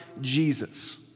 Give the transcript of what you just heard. Jesus